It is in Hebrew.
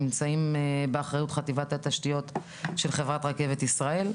נמצאים באחריות חטיבת התשתיות של חברת רכבת ישראל.